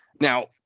Now